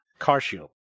CarShield